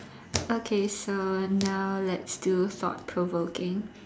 okay so now let's do thought provoking